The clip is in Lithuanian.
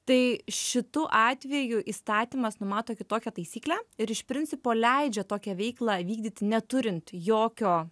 tai šitu atveju įstatymas numato kitokią taisyklę ir iš principo leidžia tokią veiklą vykdyti neturint jokio